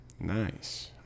Nice